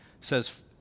says